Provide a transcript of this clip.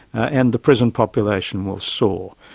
ah and the prison population will soar.